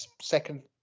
second